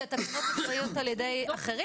כי התקנות נעשות על ידי אחרים,